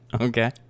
Okay